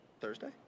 Thursday